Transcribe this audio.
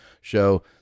show